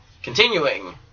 Continuing